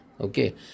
Okay